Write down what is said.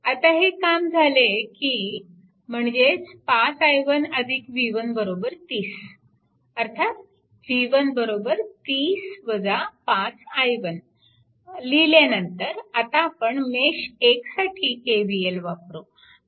आता हे काम झाले की म्हणजेच 5 i1 v1 30 अर्थात v1 30 5i1 लिहिल्यानंतर आता आपण मेश 1 साठी KVL वापरू